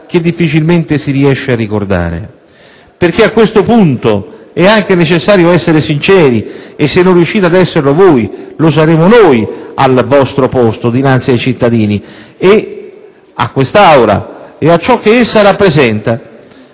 che difficilmente si riesce a ricordare. A questo punto, infatti, è anche necessario essere sinceri, e se non riuscite ad esserlo voi, lo saremo noi al vostro posto dinanzi ai cittadini, a quest'Aula e a ciò che essa rappresenta.